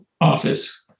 office